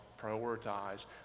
prioritize